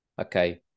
okay